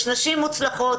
יש נשים מוצלחות,